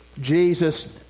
Jesus